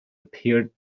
appeared